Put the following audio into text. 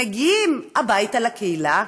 מגיעים הביתה, לקהילה,